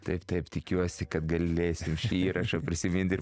taip taip tikiuosi kad galėsim šį įrašą prisimint ir